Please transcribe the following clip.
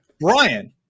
Brian